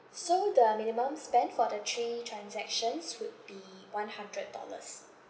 so the minimum spend for the three transactions would be one hundred dollars